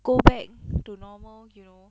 go back to normal you know